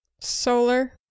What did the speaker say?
Solar